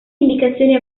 indicazioni